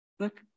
Look